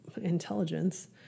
intelligence